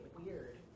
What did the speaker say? weird